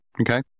Okay